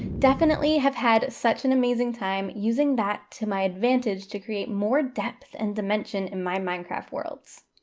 definitely have had such an amazing time using that to my advantage to create more depth and dimension in my minecraft worlds.